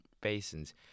Basins